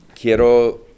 Quiero